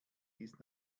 ist